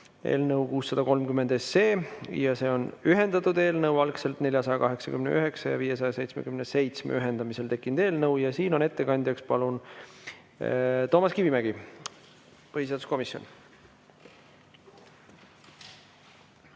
eelnõu 630, see on ühendatud eelnõu, eelnõude 489 ja 577 ühendamisel tekkinud eelnõu. Siin on ettekandjaks, palun, Toomas Kivimägi, põhiseaduskomisjon!